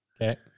Okay